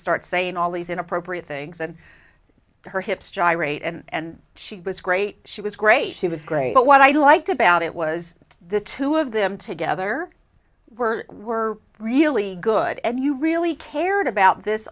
starts saying all these inappropriate things and her hips gyrate and she was great she was great she was great but what i liked about it was the two of them together were were really good and you really cared about this